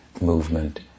movement